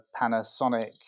Panasonic